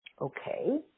Okay